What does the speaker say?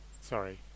sorry